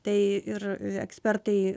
tai ir ekspertai